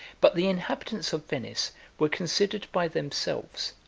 but the inhabitants of venice were considered by themselves,